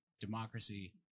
democracy